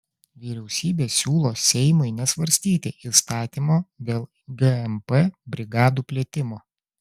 vyriausybė siūlo seimui nesvarstyti įstatymo dėl gmp brigadų plėtimo